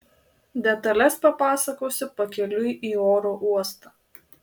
detales papasakosiu pakeliui į oro uostą